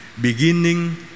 Beginning